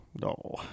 No